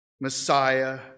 Messiah